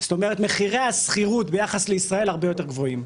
זאת אומרת מחירי השכירות ביחס לישראל הרבה יותר גבוהים,